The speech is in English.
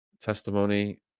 testimony